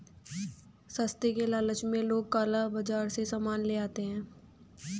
सस्ते के लालच में लोग काला बाजार से सामान ले लेते हैं